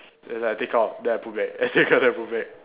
then I take out then I put back I take out then put back